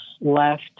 left